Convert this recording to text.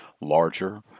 larger